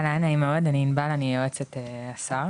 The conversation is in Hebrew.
אהלן, נעים מאוד, אני ענבל, אני יועצת שר